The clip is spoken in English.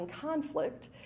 conflict